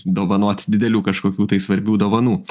dovanot didelių kažkokių tai svarbių dovanų